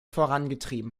vorangetrieben